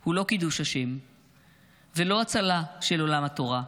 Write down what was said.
הוא לא קידוש השם ולא הצלה של עולם התורה,